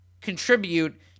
contribute